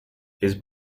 his